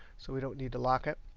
so we don't need to lock it.